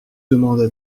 demande